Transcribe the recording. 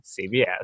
CBS